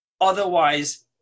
otherwise